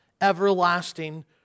everlasting